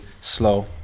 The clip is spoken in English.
slow